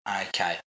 Okay